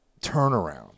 turnaround